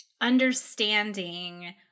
understanding